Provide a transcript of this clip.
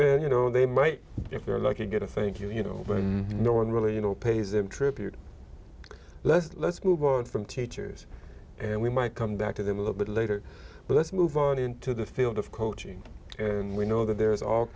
their you know they might if they're lucky to get a thank you know no one really you know pays a tribute let's let's move on from teachers and we might come back to them a little bit later but let's move on into the field of coaching and we know that there's all